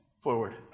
forward